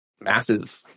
massive